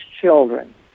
children